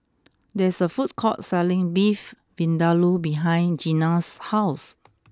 there is a food court selling Beef Vindaloo behind Gena's house